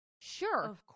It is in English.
Sure